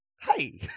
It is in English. hey